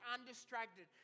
undistracted